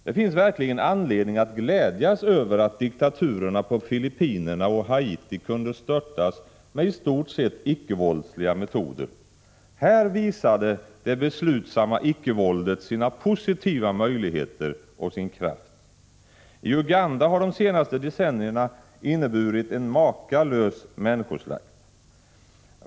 Det finns verkligen anledning att glädjas över att diktaturerna på Filippinerna och Haiti kunde störtas med i stort sett icke-våldsliga metoder. Här visade det beslutsamma icke-våldet sina positiva möjligheter och sin kraft. I Uganda har de senaste decennierna inneburit en makalös människoslakt.